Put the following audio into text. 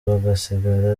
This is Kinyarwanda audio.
bagasigara